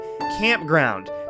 campground